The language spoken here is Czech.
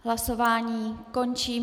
Hlasování končím.